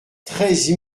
treize